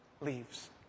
leaves